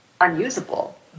unusable